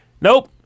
Nope